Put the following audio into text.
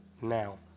now